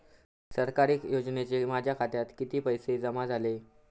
सरकारी योजनेचे माझ्या खात्यात किती पैसे जमा झाले?